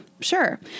Sure